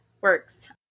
works